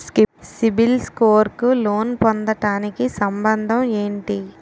CIBIL score కు loan పొందటానికి సంబంధం ఏంటి?